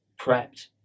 prepped